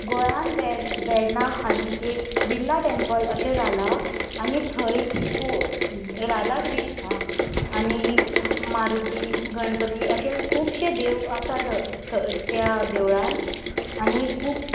गोंयान वे वेर्णा हालीं एक बिर्ला टेंपल अशें जालां आनी थंय खूब राधा कृष्णा आनी मारुती गणपती अशे खुबशे देव आसा थं त्या देवळान आनी खूब